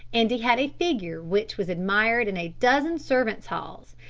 and he had a figure which was admired in a dozen servants' halls,